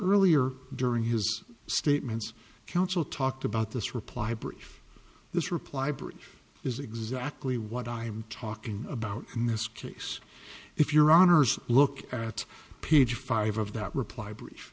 earlier during his statements counsel talked about this reply brief this reply brief is exactly what i'm talking about in this case if your honour's look at page five of that reply bri